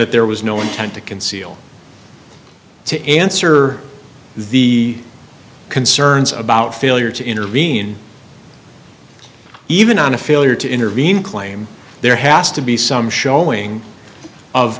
that there was no intent to conceal to the concerns about failure to intervene even on a failure to intervene claim there has to be some showing of